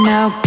Now